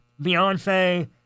Beyonce